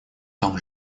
том